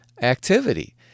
activity